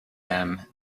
them